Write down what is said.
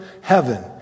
heaven